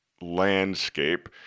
landscape